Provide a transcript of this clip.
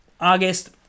August